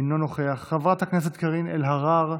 אינו נוכח, חברת הכנסת קארין אלהרר,